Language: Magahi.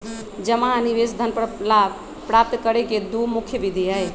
जमा आ निवेश धन पर लाभ प्राप्त करे के दु मुख्य विधि हइ